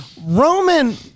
Roman